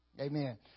Amen